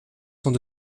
sont